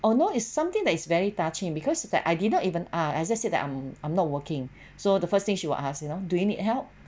although is something that is very touchy because is that I did not even ask I just say that I'm I'm not working so the first thing she will ask you know do you need help